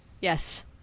yes